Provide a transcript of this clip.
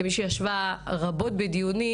כמי שישבה רבות בדיונים,